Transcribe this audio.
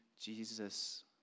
Jesus